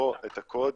לקרוא את הקוד.